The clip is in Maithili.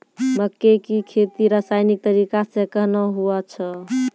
मक्के की खेती रसायनिक तरीका से कहना हुआ छ?